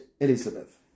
Elizabeth